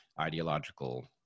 ideological